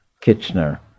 Kitchener